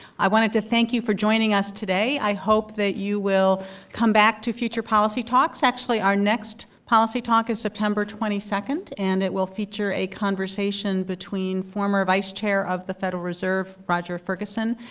i wanted to thank you for joining us today, i hope that you will come back to future policy talks, actually our next policy talk is september twenty two, and it will feature a conversation between former vice chair of the federal reserve, roger ferguson,